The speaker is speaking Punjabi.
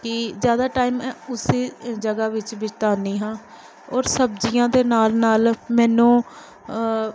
ਕਿ ਜ਼ਿਆਦਾ ਟਾਈਮ ਉਸੀ ਜਗ੍ਹਾ ਵਿੱਚ ਬਿਤਾਉਂਦੀ ਹਾਂ ਔਰ ਸਬਜ਼ੀਆਂ ਦੇ ਨਾਲ ਨਾਲ ਮੈਨੂੰ